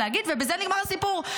ובזה נגמר הסיפור.